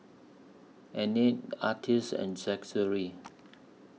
Annette Artis and Zachery